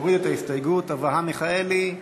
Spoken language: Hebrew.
מוריד את ההסתייגויות, אברהם מיכאלי,